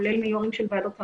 כולל מיושבי ראש של ועדות ערר,